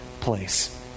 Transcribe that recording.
place